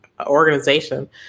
organization